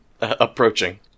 approaching